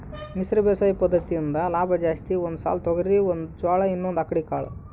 ಮಿಶ್ರ ಬೇಸಾಯ ಪದ್ದತಿಯಿಂದ ಲಾಭ ಜಾಸ್ತಿ ಒಂದು ಸಾಲು ತೊಗರಿ ಒಂದು ಜೋಳ ಇನ್ನೊಂದು ಅಕ್ಕಡಿ ಕಾಳು